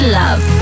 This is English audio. love